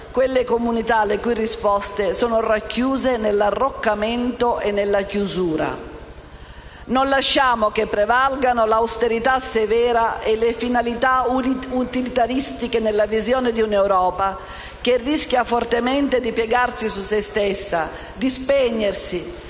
quelle comunità le cui risposte sono racchiuse nell'arroccamento e nella chiusura. Non lasciamo che prevalgano l'austerità severa e le finalità utilitaristiche nella visione di un'Europa che rischia fortemente di piegarsi su se stessa, di spegnersi,